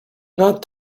not